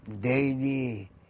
daily